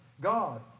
God